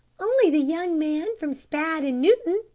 only the young man from spadd and newton,